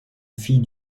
fille